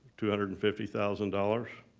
two hundred and fifty thousand dollars.